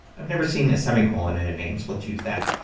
i've never seen a semi-colon in a name so let's use that.